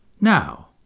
now